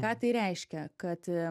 ką tai reiškia kad